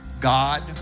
God